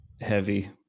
heavy